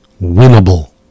winnable